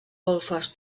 golfes